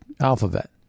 Alphabet